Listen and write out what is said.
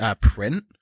print